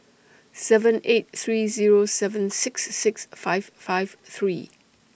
seven eight three Zero seven six six five five three